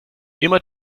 immer